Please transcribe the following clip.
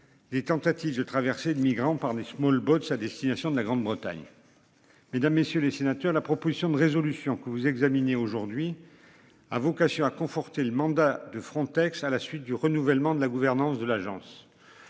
Des tentatives de traversées de migrants par les Small boat sa destination de la Grande-Bretagne. Mesdames, messieurs les sénateurs. La proposition de résolution que vous examinez aujourd'hui. À vocation à conforter le mandat de Frontex à la suite du renouvellement de la gouvernance de l'agence.